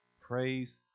Praise